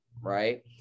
right